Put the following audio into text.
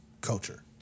culture